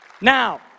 Now